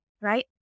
right